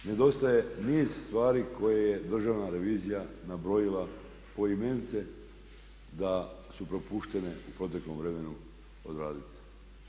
Nedostaje niz stvari koje je Državna revizija nabrojila poimence da su propuštene u proteklom vremenu odraditi.